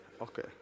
Okay